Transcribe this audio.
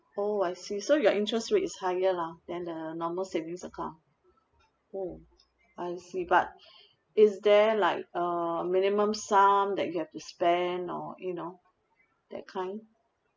oh I see so your interest rate is higher lah than the normal savings account oh I see but is there like a minimum sum that you have to spend or you know that kind